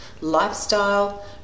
lifestyle